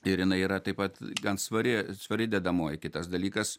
ir jinai yra taip pat gan svari svari dedamoji kitas dalykas